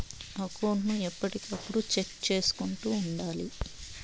account ను ఎప్పటికప్పుడు check చేసుకుంటూ ఉండాలి